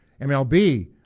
MLB